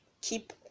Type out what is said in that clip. keep